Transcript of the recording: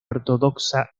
ortodoxa